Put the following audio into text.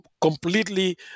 completely